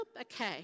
okay